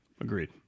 agreed